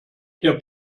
der